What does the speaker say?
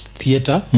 theater